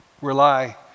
Rely